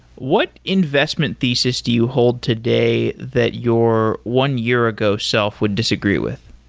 what investment thesis do you hold today that your one year ago self would disagree with?